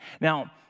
Now